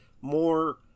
more